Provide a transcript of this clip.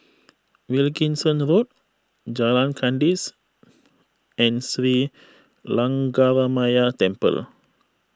Wilkinson Road Jalan Kandis and Sri Lankaramaya Temple